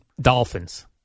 Dolphins